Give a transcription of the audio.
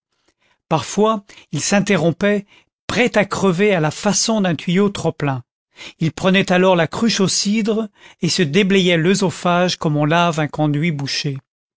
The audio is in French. parfois il s'interrompait prêt à crever à la façon d'un tuyau trop plein il prenait alors la cruche au cidre et se déblayait l'oesophage comme on lave un conduit bouché